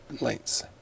lengths